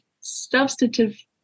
substantive